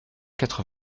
quatre